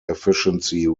efficiency